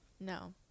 no